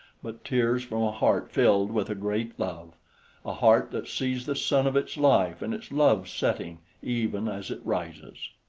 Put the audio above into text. but tears from a heart filled with a great love a heart that sees the sun of its life and its love setting even as it rises.